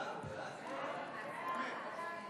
ההצעה להעביר את הצעת